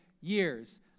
years